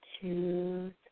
two